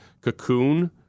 cocoon